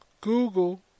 Google